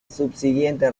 subsiguiente